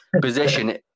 position